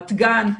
רמת גן,